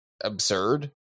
Absurd